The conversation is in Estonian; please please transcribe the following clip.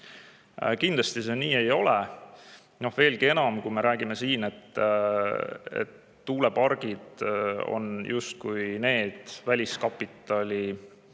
Kindlasti see nii ei ole. Veelgi enam, me räägime siin, et tuulepargid on justkui need väliskapitali